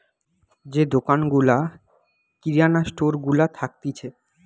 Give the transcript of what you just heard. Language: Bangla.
যে দোকান গুলা কিরানা স্টোর গুলা থাকতিছে